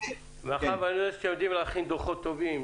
מאחר שאני יודע שאתם יודעים להכין דוחות טובים